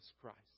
Christ